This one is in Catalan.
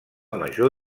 major